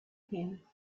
him